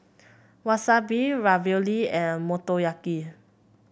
Wasabi Ravioli and Motoyaki